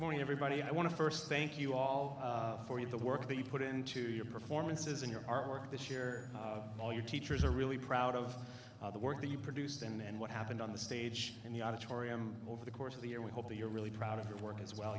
morning everybody i want to first thank you all for you the work that you put into your performances and your artwork this year all your teachers are really proud of the work that you produced and what happened on the stage in the auditorium over the course of the year we hope that you're really proud of your work as well